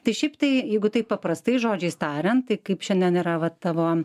tai šiaip tai jeigu taip paprastais žodžiais tarianttaip kaip šiandien yra va tavo